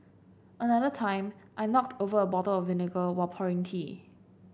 another time I knocked over a bottle of vinegar while pouring tea